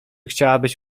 chciałabyś